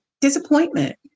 disappointment